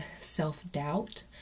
self-doubt